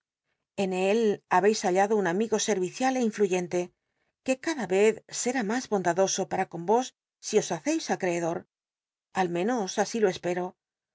en él habéis hallado un amigo servicial é inlluyenle que cada vez será mas bondadoso pa ra con vos si os haceis acreedor al menos así lo espero